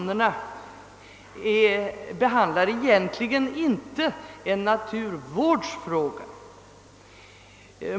Dessa motioner behandlar egentligen inte en naturvårdsfråga.